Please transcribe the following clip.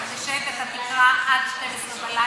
אתה תשב ואתה תקרא עד 24:00?